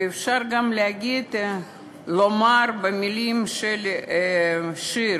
ואפשר גם לומר במילים של השיר,